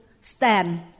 stand